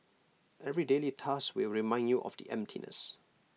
every daily task will remind you of the emptiness